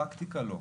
בפרקטיקה לא,